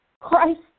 Christ